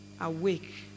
awake